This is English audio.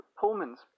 Pullman's